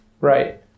right